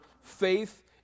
faith